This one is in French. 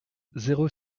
zéro